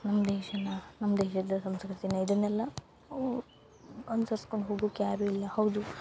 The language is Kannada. ನಮ್ಮ ದೇಶನ ನಮ್ಮ ದೇಶದ ಸಂಸ್ಕೃತಿನ ಇದುನೆಲ್ಲ ಅನ್ಸರ್ಸ್ಕೊಂಡು ಹೋಗುಕೆ ಯಾರು ಇಲ್ಲ ಹೌದು